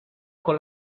con